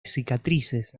cicatrices